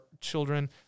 children